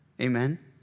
Amen